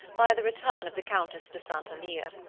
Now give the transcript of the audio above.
by the return of the countess de st. alyre.